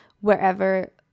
wherever